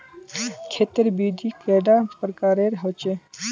खेत तेर विधि कैडा प्रकारेर होचे?